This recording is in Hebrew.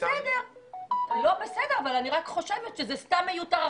בסדר, אני רק חושבת שזה סתם מיותר.